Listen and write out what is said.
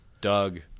Doug